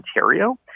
Ontario